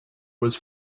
was